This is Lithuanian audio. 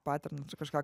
paternas kažką